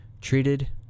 treated